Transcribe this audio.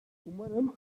umarım